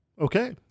Okay